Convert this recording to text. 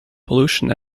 pollution